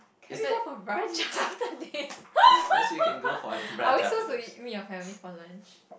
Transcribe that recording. can we go for brunch after this are we supposed to meet meet your family for lunch